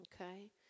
Okay